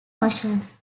oceans